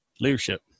leadership